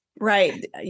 Right